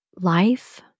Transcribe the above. life